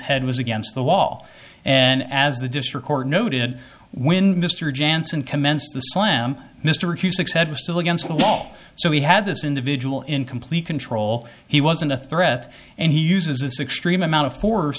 head was against the wall and as the dish recorder noted when mr jansen commenced the slam mr hugh six hundred was still against the wall so he had this individual in complete control he wasn't a threat and he uses its extreme amount of force